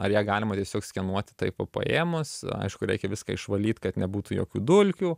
ar ją galima tiesiog skenuoti taip va paėmus aišku reikia viską išvalyt kad nebūtų jokių dulkių